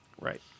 Right